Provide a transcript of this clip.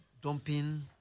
dumping